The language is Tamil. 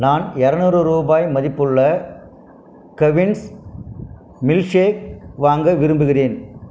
நான் இரநூறு ரூபாய் மதிப்புள்ள கவின்ஸ் மில்க்ஷேக் வாங்க விரும்புகிறேன்